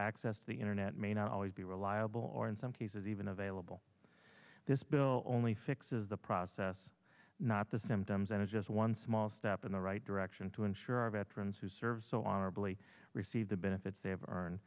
access the internet may not always be reliable or in some cases even available this bill only fixes the process not the symptoms and is just one small step in the right direction to ensure our veterans who served so honorably receive the benefits they have earned